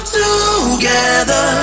together